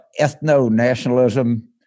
ethno-nationalism